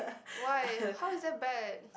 why how is that bad